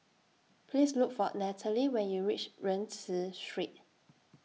Please Look For Nathalie when YOU REACH Rienzi Street